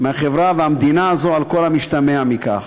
מהחברה והמדינה הזאת, על כל המשתמע מכך.